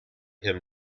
him